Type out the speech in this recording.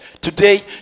Today